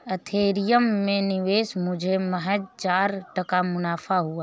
Ethereum में निवेश मुझे महज चार टका मुनाफा हुआ